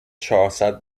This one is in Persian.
چهارصد